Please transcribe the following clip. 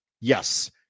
Yes